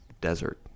desert